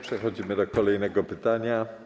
Przechodzimy do kolejnego pytania.